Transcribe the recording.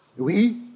Oui